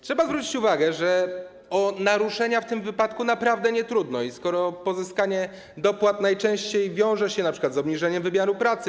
Trzeba zwrócić uwagę, że o naruszenia w tym wypadku naprawdę nietrudno, skoro pozyskanie dopłat najczęściej wiąże się np. z obniżeniem wymiaru pracy.